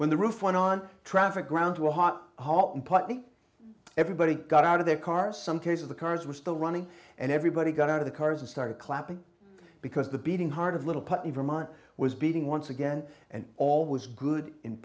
when the roof went on traffic ground to a hot home party everybody got out of their car some cases the cars were still running and everybody got out of the cars and started clapping because the beating heart of little puppy vermont was beating once again and all was good in